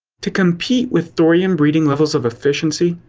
to compete with thorium-breeding levels of efficiency,